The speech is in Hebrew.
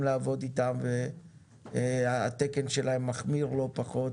לעבוד אתה והתקן שלה מחמיר לא פחות,